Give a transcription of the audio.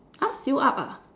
uh sealed up ah